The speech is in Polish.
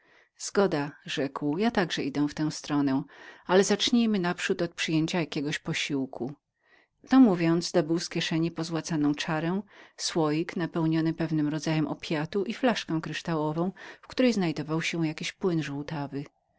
zgoda rzekł ja także idę w tę stronę ale zacznijmy naprzód od przyjęcia jakiego posiłku to mówiąc dobył z kieszeni pozłacaną czarę słoik napełniony pewnym rodzajem opiatu i flaszkę kryształową w której znajdował się jakiś płyn żółtawy